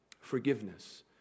Forgiveness